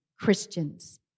Christians